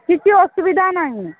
କିଛି ଅସୁବିଧା ନାହିଁ